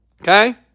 okay